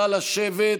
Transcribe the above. נא לשבת,